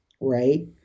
right